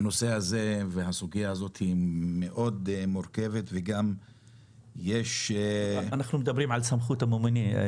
והנושא הזה והסוגייה הזאת מאוד מורכבת וגם תעריפי המים.